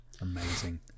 Amazing